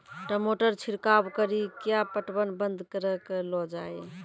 टमाटर छिड़काव कड़ी क्या पटवन बंद करऽ लो जाए?